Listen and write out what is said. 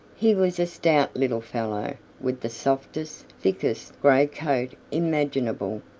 he was a stout little fellow with the softest, thickest, gray coat imaginable.